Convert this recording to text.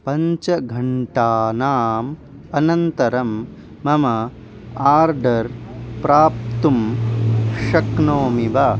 पञ्चघण्टानाम् अनन्तरं मम आर्डर् प्राप्तुं शक्नोमि वा